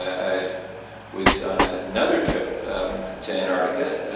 i was on ah another trip to antarctica,